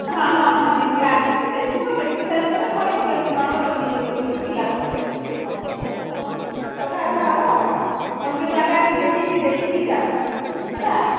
ହଁ ହଁ ହଁ ନିଜେ ଆସିକି ଦେଖିବ ଦେଖି ସାରିଲା ପରେ କହିବ କେମିତି କ'ଣ ତୁମେ ନିଜେ କରିବ କି ପିଲା ପଠାଇବ କି କିଏ କ'ଣ କରିବ ତମେ ତମର କଥାବାର୍ତ୍ତା ହବ ଆଉ କ'ଣ ତୁମେ କିନ୍ତୁ ଆଗେ ଆସି ଦେଖିକି ଦେଖିକି ଯାଅ ହେଲା